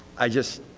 i just,